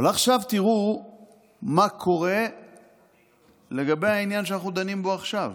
אבל עכשיו תראו מה קורה לגבי העניין שאנחנו דנים בו עכשיו,